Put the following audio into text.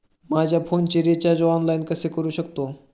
माझ्या फोनचे recharge online कसे करू शकतो?